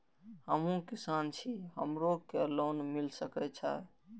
हमू किसान छी हमरो के लोन मिल सके छे?